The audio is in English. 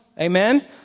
Amen